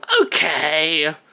Okay